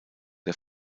der